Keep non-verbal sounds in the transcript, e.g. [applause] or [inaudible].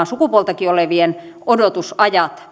[unintelligible] sukupuolta olevien odotusajat